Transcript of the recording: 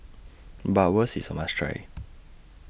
Bratwurst IS A must Try